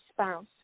spouse